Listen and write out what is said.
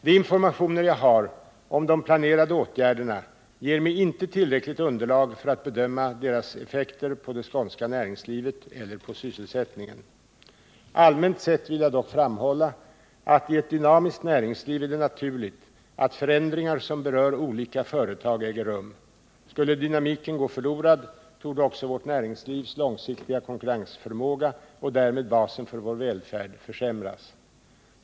De informationer jag har om de planerade åtgärderna ger mig inte tillräckligt underlag för att bedöma deras effekter på det skånska näringslivet eller på sysselsättningen. Allmänt sett vill jag dock framhålla att i ett dynamiskt näringsliv är det naturligt att förändringar, som berör olika företag, äger rum. Skulle dynamiken gå förlorad, torde också vårt näringslivs långsiktiga konkurrensförmåga — och därmed basen för vår välfärd — försämras.